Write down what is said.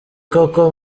koko